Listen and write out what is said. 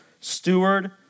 steward